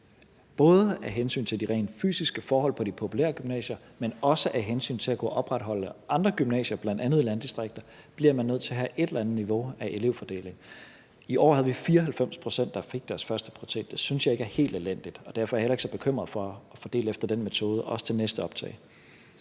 både af hensyn til de rent fysiske forhold på de populære gymnasier, men også af hensyn til at kunne opretholde andre gymnasier, bl.a. i landdistrikter, bliver man nødt til at have et eller andet niveau af elevfordeling. I år havde vi 94 pct., der fik deres førsteprioritet. Det synes jeg ikke er helt elendigt, og derfor er jeg heller ikke så bekymret for at fordele efter den metode også til næste optag.